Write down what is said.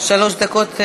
שלוש דקות,